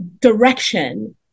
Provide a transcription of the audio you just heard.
direction